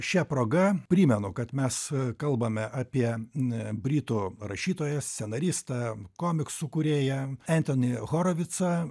šia proga primenu kad mes kalbame apie ne britų rašytoją scenaristą komiksų kūrėją entonį horovicą